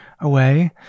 away